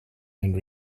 and